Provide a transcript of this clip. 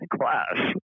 class